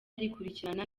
rikurikirana